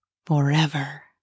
forever